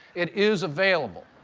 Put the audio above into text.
it is available.